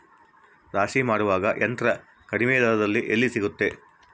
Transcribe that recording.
ರಾಶಿ ಮಾಡುವ ಯಂತ್ರ ಕಡಿಮೆ ದರದಲ್ಲಿ ಎಲ್ಲಿ ಸಿಗುತ್ತದೆ?